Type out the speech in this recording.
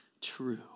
true